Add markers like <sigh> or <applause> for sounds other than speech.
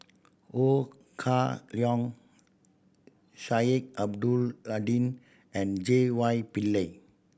Ho Kah Leong Sheik <unintelligible> Lddin and J Y Pillay